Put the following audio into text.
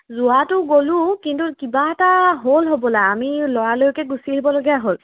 যোৱাটো গ'লো কিন্তু কিবা এটা হ'ল হ'বলা আমি লৰালৰিকৈ গুচি আহিববলগীয়া হ'ল